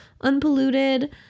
unpolluted